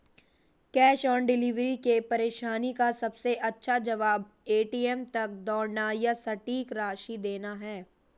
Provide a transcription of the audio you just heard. cash on delivery की परेशानी का सबसे अच्छा जवाब, ए.टी.एम तक दौड़ना या सटीक राशि देना है